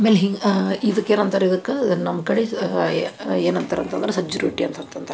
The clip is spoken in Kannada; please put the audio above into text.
ಆಮೇಲೆ ಹಿಂಗೆ ಇದಕ್ಕೆ ಏನು ಅಂತಾರೆ ಇದಕ್ಕೆ ನಮ್ಮ ಕಡೆ ಏನಂತಾರೆ ಅಂತಂದ್ರೆ ಸಜ್ಜೆ ರೊಟ್ಟಿ ಅಂತಂತಂತಾರೆ